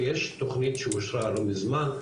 ויש תוכנית שאושרה לא מזמן,